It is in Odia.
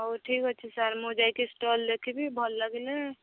ହୋଉ ଠିକ ଅଛି ସାର୍ ମୁଁ ଯାଇକି ଷ୍ଟଲ୍ରେ ଥିବି ଭଲ ଲାଗିଲେ